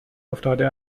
افتاده